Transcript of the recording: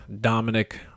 Dominic